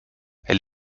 elle